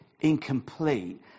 incomplete